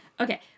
Okay